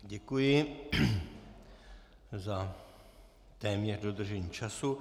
Děkuji za téměř dodržení času.